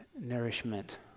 Nourishment